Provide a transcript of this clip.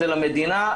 למדינה,